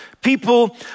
People